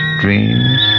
dreams